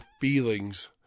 feelings